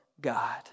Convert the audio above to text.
God